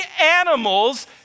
animals